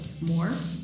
more